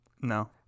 No